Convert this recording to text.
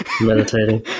meditating